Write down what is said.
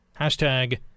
Hashtag